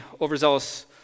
overzealous